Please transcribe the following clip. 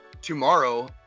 tomorrow